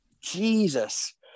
Jesus